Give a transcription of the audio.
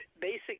Basic